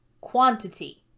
Quantity